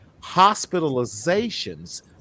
hospitalizations